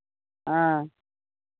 हँ